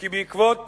כי בעקבות